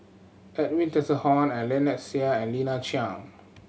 Edwin Tessensohn Lynnette Seah and Lina Chiam